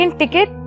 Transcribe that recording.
ticket